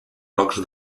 blocs